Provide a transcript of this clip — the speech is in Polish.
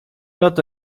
oto